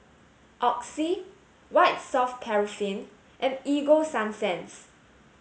Oxy White soft paraffin and Ego sunsense